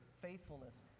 faithfulness